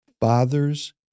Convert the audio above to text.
Fathers